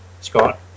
Scott